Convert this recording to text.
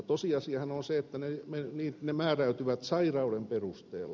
tosiasiahan on se että ne määräytyvät sairauden perusteella